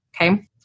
Okay